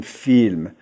film